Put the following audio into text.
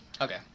okay